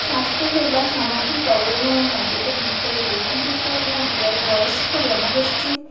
স্বাস্থ্য সেবা সামাজিক অব ময় দিক থেকে দক্ষিণ চব্বিশ পরগনা জেলার বয়স্ক জনগোষ্ঠী